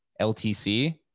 LTC